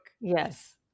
Yes